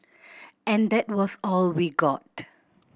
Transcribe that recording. and that was all we got